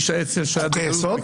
איש האצ"ל שהיה --- חוקי יסוד?